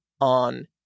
on